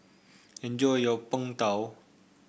enjoy your Png Tao